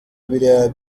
biriya